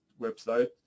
website